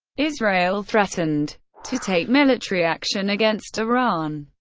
israel threatened to take military action against iran.